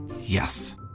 Yes